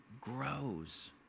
grows